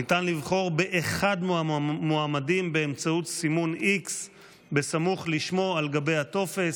ניתן לבחור באחד מהמועמדים באמצעות סימון x סמוך לשמו על גבי הטופס,